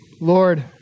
Lord